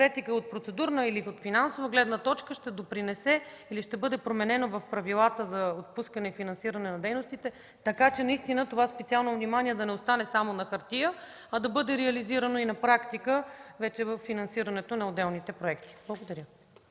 конкретика от процедурна или финансова гледна точка ще допринесе или ще бъде променено в правилата за отпускане финансиране за дейностите, така че наистина това специално внимание да не остане само на хартия, а да бъде реализирано и на практика вече във финансирането на отделните проекти? Благодаря.